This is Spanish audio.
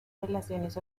relaciones